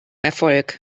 erfolg